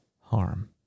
harm